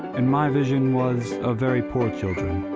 and my vision was of very poor children.